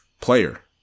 player